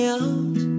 out